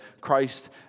Christ